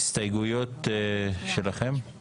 בעד, 5 נגד, 8 נמנעים, אין לא אושר.